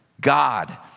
God